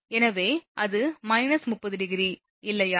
எனவே அது −30° இல்லையா